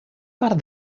part